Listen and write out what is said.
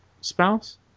spouse